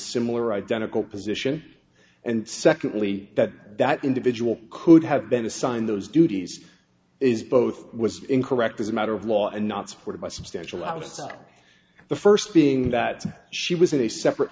similar identical position and secondly that that individual could have been assigned those duties is both was incorrect as a matter of law and not supported by substantial out of stock the first being that she was a separate